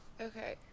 Okay